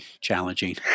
challenging